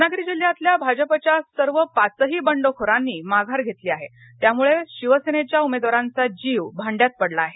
रत्नागिरी जिल्ह्यातल्या भाजपच्या सर्व पाचही बंडखोरांनी माघार घेतली आहे त्यामुळे शिवसेनेच्या उमेदवारांचा जीव भांड्यात पडला आहे